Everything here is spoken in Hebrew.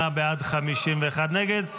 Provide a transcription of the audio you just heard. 58 בעד, 51 נגד.